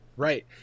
right